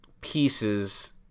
pieces